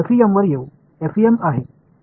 நீங்கள் FEM க்கு வருகிறீர்கள்